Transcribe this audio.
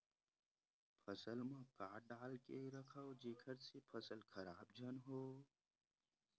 फसल म का डाल के रखव जेखर से फसल खराब झन हो?